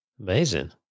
Amazing